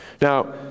Now